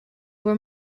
were